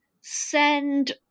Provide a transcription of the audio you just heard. send